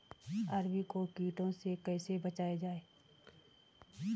अरबी को कीटों से कैसे बचाया जाए?